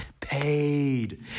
paid